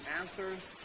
answers